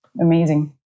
amazing